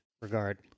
regard